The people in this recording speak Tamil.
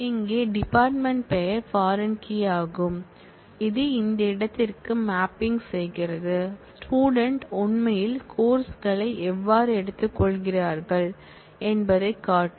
இங்கே டிபார்ட்மென்ட் பெயர் பாரின் கீ யாகும் இது இந்த இடத்திற்கு மேப்பிங் செய்கிறது ஸ்டூடெண்ட் உண்மையில் கோர்ஸ் களை எவ்வாறு எடுத்துக்கொள்கிறார்கள் என்பதைக் காட்டும்